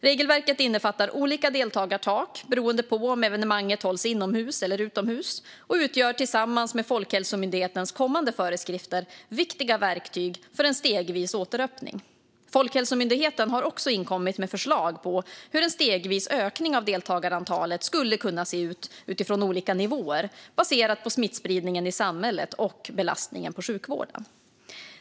Regelverket innefattar olika deltagartak beroende på om evenemanget hålls inomhus eller utomhus och utgör tillsammans med Folkhälsomyndighetens kommande föreskrifter viktiga verktyg för en stegvis återöppning. Folkhälsomyndigheten har också inkommit med förslag på hur en stegvis ökning av deltagarantalet skulle kunna se ut utifrån olika nivåer, baserat på smittspridningen i samhället och belastningen på sjukvården.